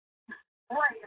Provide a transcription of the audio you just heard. Right